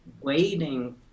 waiting